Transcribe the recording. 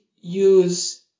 use